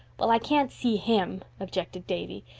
well, i can't see him, objected davy.